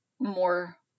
more